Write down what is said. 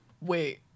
Wait